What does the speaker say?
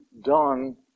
done